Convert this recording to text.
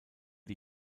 die